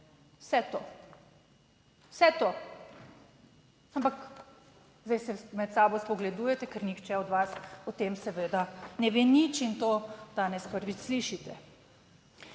Vse to, vse to. Ampak zdaj se med sabo spogledujete, ker nihče od vas o tem seveda ne ve nič, in to danes prvič slišite.